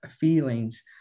feelings